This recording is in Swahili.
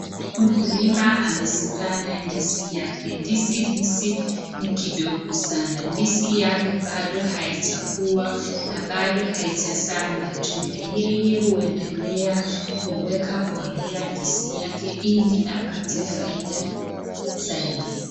Mkulima amezipanda ndizi yake ndizi hizi ni kidogo sana ndizi yake bado haijakuwa na bado haijazaa matunda ,yeye huendelea kuieka mbolea ndizi yake ili apate faida zaidi.